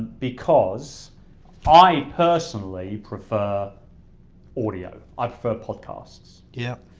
because i personally, prefer audio. i prefer podcasts. yep.